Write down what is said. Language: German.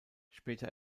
später